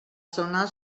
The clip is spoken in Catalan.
zona